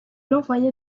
envoya